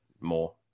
more